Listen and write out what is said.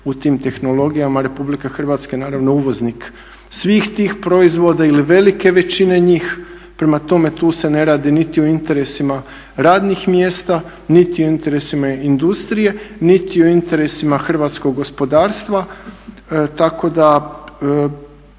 u tim tehnologijama. Republika Hrvatska je naravno uvoznik svih tih proizvoda ili velike većine njih. Prema tome, tu se ne radi niti o interesima radnih mjesta niti o interesima industrije niti o interesima hrvatskog gospodarstva. Tako da